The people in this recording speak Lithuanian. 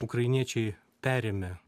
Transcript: ukrainiečiai perėmė